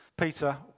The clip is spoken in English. Peter